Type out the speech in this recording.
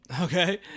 Okay